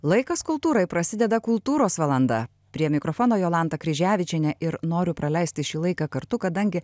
laikas kultūrai prasideda kultūros valanda prie mikrofono jolanta kryževičienė ir noriu praleisti šį laiką kartu kadangi